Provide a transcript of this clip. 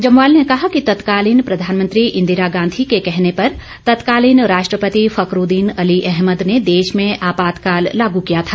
जम्वाल ने कहा कि तत्कालीन प्रधानमंत्री इंदिरा गांधी के कहने पर तत्कालीन राष्ट्रपति फखरूद्दीन अली अहमद ने देश में आपातकाल लागू किया था